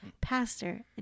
pastor